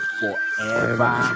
forever